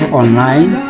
online